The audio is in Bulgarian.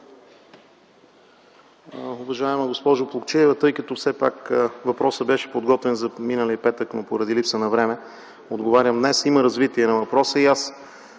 Уважаема госпожо Плугчиева, тъй като все пак въпросът беше подготвен за миналия петък, но поради липса на време отговарям днес, има развитие на въпроса и